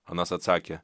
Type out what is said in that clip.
anas atsakė